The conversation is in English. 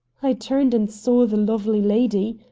i turned and saw the lovely lady.